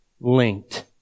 linked